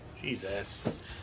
Jesus